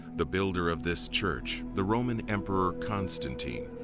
the builder of this church, the roman emperor constantine,